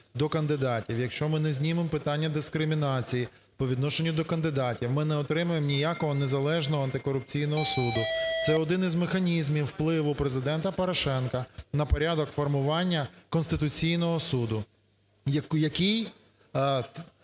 до кандидатів, якщо ми не знімемо питання дискримінації по відношенню до кандидатів, ми не отримаємо ніякого незалежного антикорупційного суду. Це один із механізмів впливу Президента Порошенка на порядок формування Конституційного Суду, який